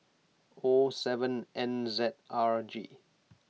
O seven N Z R G